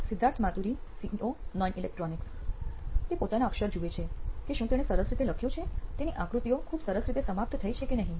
Siddharth Maturi CEO નોઇન electronics તે પોતાના અક્ષર જુએ છે કે શું તેણે સરસ રીતે લખ્યું છે તેના આકૃતિઓ ખૂબ સરસ રીતે સમાપ્ત થઈ છે કે નહીં